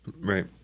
Right